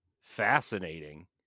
fascinating